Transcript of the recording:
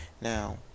Now